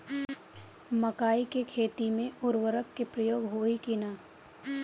मकई के खेती में उर्वरक के प्रयोग होई की ना?